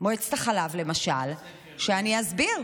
מועצת החלב, למשל, אני אסביר.